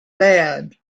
land